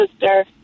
sister